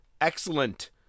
Excellent